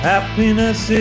Happiness